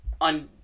on